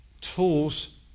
tools